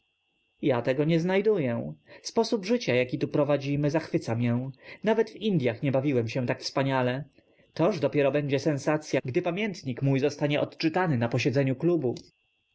ja tego nie znajduję sposób życia jaki tu prowadzimy zachwyca mię nawet w indyach nie bawiłem się tak wspaniale toż dopiero będzie sensacya gdy pamiętnik mój zostanie odczytany na posiedzeniu klubu